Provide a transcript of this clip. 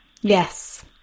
Yes